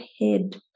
head